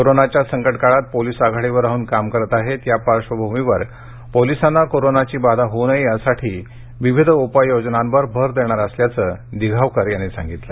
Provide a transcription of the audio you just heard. कोरोनाच्या संकट काळात पोलीस आघाडीवर राहून काम करत आहेत या पार्श्वभूमीवर पोलिसांना कोरोनाची बाधा होऊ नये यासाठी विविध उपाययोजनांवर भर देणार असल्याचं दिघावकर यांनी यावेळी सांगितलं